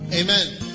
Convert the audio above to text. Amen